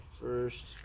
First